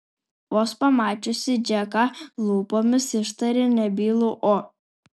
vos pamačiusi džeką lūpomis ištarė nebylų o